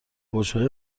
برجهای